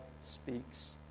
speaks